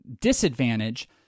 disadvantage